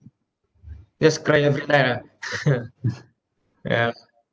just cry every night ah yeah